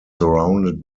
surrounded